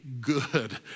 good